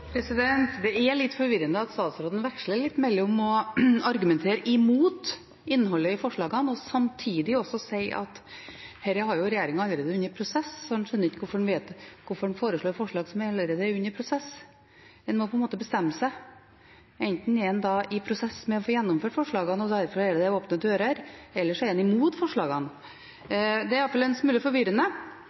litt forvirrende at statsråden veksler mellom å argumentere mot innholdet i forslagene og å si at dette har regjeringen allerede i prosess, så en skjønner ikke hvorfor en foreslår noe som allerede er i prosess. En må på en måte bestemme seg. Enten er en i en prosess med å få gjennomført forslagene, og derfor er det åpne dører, eller så er en imot forslagene. Det er iallfall en smule forvirrende.